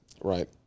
Right